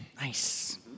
Nice